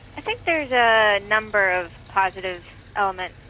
i think there's a number of positive elements,